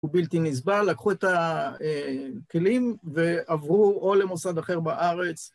הוא בלתי נסבל, לקחו את הכלים ועברו או למוסד אחר בארץ...